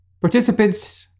participants